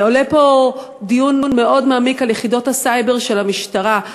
עולה פה דיון מאוד מעמיק על יחידות הסייבר של המשטרה,